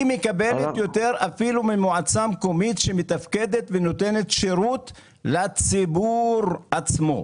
היא מקבלת אפילו יותר ממועצה מקומית שמתפקדת ונותנת שירות לציבור עצמו.